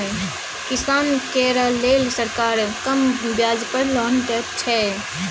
किसान केर लेल सरकार कम ब्याज पर लोन दैत छै